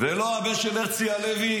ולא הבן של הרצי הלוי.